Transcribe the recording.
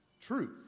truth